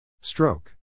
Stroke